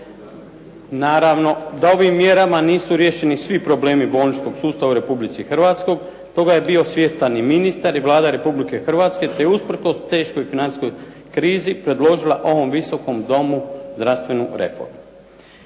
Naravno da ovim mjerama nisu riješeni svi problemi bolničkog sustava u Republici Hrvatskoj. Toga je bio svjestan i ministar i Vlada Republike Hrvatske, te je usprkos teškoj financijskoj krizi predložila ovom Visokom domu zdravstvenu reformu.